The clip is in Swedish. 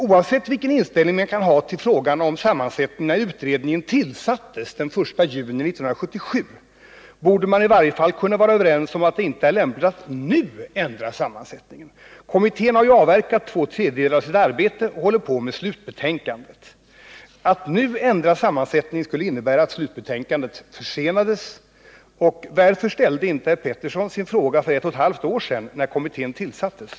Oavsett vilken inställning man har till frågan om sårbarhetsutredningens sammansättning när den tillsattes den 1 juni 1977 borde man i varje fall kunna vara överens om att det inte är lämpligt att nu ändra sammansättningen. Kommittén har ju avverkat två tredjedelar av sitt arbete och håller på med slutbetänkandet. Att nu ändra sammansättningen skulle innebära att slutbetänkandet försenades. Varför ställde inte herr Pettersson sin fråga för ett och ett halvt år sedan, när kommittén tillsattes?